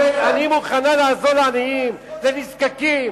אומרת: אני מוכנה לעזור לעניים, לנזקקים,